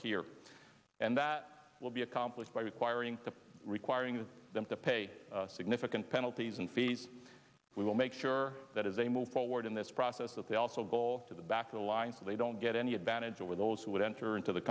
here and that will be accomplished by requiring that requiring them to pay significant penalties and fees we will make sure that as they move forward in this process that they also go to the back of the line they don't get any advantage over those who would enter into the